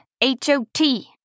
H-O-T